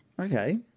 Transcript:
okay